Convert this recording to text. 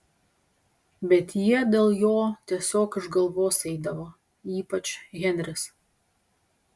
bet jie dėl jo tiesiog iš galvos eidavo ypač henris